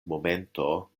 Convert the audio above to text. momento